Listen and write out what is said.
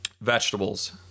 vegetables